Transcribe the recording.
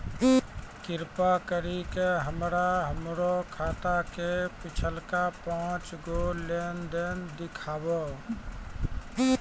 कृपा करि के हमरा हमरो खाता के पिछलका पांच गो लेन देन देखाबो